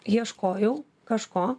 ieškojau kažko